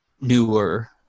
newer